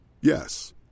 Yes